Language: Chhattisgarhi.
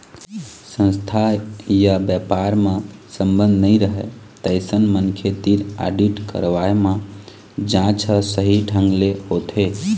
संस्था य बेपार म संबंध नइ रहय तइसन मनखे तीर आडिट करवाए म जांच ह सही ढंग ले होथे